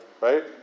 right